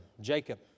Jacob